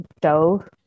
dove